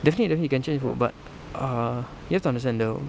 definitely definitely you can change bro but uh you have to understand the